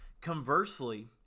Conversely